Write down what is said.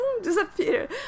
disappear